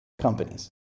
companies